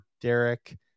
Derek